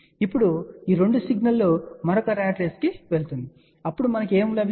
ఇప్పుడు ఈ 2 సిగ్నల్ మరొక ర్యాట్ రేసుకు వెళ్తుంది అప్పుడు మనకు ఏమి లభిస్తుంది